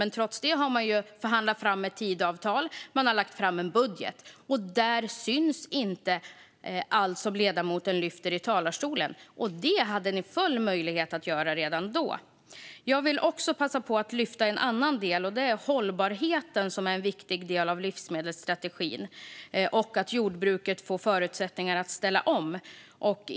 Men trots det har man ju förhandlat fram ett Tidöavtal, och man har lagt fram en budget. Där syns inte allt som ledamoten lyfter i talarstolen, och det hade ni haft full möjlighet till redan då. Jag vill också passa på att lyfta en annan del, och det är hållbarheten, som är en viktig del av livsmedelsstrategin, och att jordbruket får förutsättningar att ställa om.